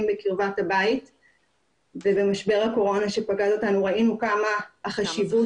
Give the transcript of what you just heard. בקרבת הבית וגם במשבר הקורונה שפקד אותנו ראינו כמה החשיבות